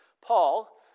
Paul